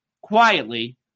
quietly